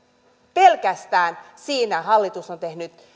pelkästään siinä hallitus on tehnyt